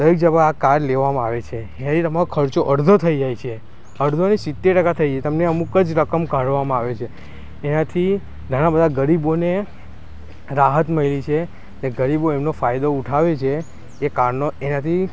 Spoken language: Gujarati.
દરેક જગ્યા આ કાર્ડ લેવામાં આવે છે જેથી તમારો ખર્ચો અડધો થઈ જાય છે અડધો નહીં સિત્તેર ટકા થઇ જાય છે તમને અમુક જ રકમ કાઢવામાં આવે છે એનાથી ઘણાં બધા ગરીબોને રાહત મળી છે ને ગરીબો એમને ફાયદો ઉઠાવે છે એ કાર્ડનો એનાથી